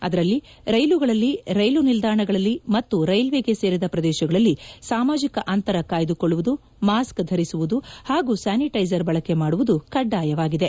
ಅದರಲ್ಲಿ ರೈಲುಗಳಲ್ಲಿ ರೈಲು ನಿಲ್ದಾಣಗಳಲ್ಲಿ ಮತ್ತು ರೈಲ್ವೆಗೆ ಸೇರಿದ ಪ್ರದೇಶಗಳಲ್ಲಿ ಸಾಮಾಜಿಕ ಅಂತರ ಕಾಯ್ದುಕೊಳ್ಳುವುದು ಮಾಸ್ಕ್ ಧರಿಸುವುದು ಹಾಗೂ ಸ್ಯಾನಿಟೈಸರ್ ಬಳಕೆ ಮಾಡುವುದು ಕಡ್ಡಾಯವಾಗಿದೆ